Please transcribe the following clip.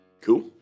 Cool